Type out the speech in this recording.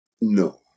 No